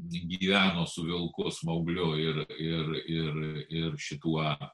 gyveno su vilku smaugliu ir ir ir ir šituo